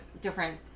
different